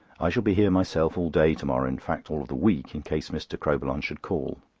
i shall be here myself all day to-morrow, in fact all the week, in case mr. crowbillon should call.